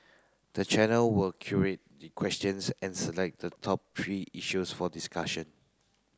the channel will curate the questions and select the top three issues for discussion